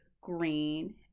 green